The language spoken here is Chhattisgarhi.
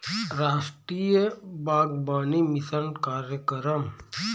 रास्टीय बागबानी मिसन कार्यकरम